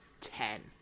ten